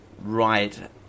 right